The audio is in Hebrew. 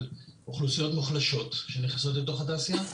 אוכלוסיות מוחלשות שנכנסות לתוך התעשייה,